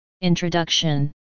Introduction